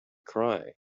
cry